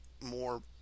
More